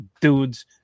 dudes